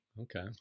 Okay